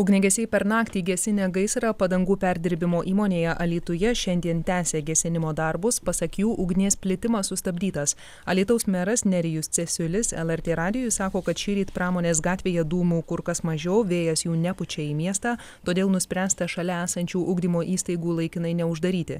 ugniagesiai per naktį gesinę gaisrą padangų perdirbimo įmonėje alytuje šiandien tęsia gesinimo darbus pasak jų ugnies plitimas sustabdytas alytaus meras nerijus cesiulis lrt radijui sako kad šįryt pramonės gatvėje dūmų kur kas mažiau vėjas jų nepučia į miestą todėl nuspręsta šalia esančių ugdymo įstaigų laikinai neuždaryti